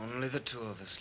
only the two of us